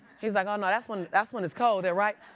he's like, oh, no. that's when that's when it's cold there, right?